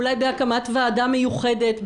אולי בהקמת ועדה מיוחדת,